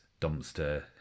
dumpster